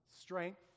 strength